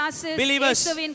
Believers